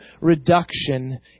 reduction